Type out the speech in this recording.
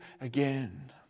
again